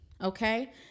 okay